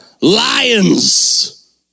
lions